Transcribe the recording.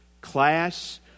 class